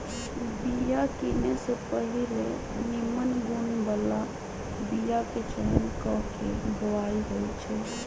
बिया किने से पहिले निम्मन गुण बला बीयाके चयन क के बोआइ होइ छइ